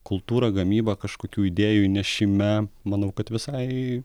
kultūra gamyba kažkokių idėjų įnešime manau kad visai